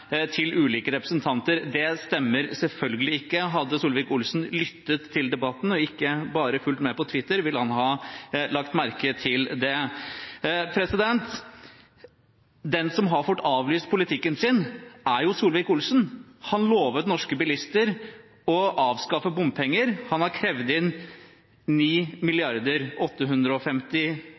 til ulike representanter. Det stemmer selvfølgelig ikke. Hadde Solvik-Olsen lyttet til debatten og ikke bare fulgt med på Twitter, ville han ha lagt merke til det. Den som har fått avlyst politikken sin, er jo Solvik-Olsen. Han lovet norske bilister å avskaffe bompenger. Han har krevd inn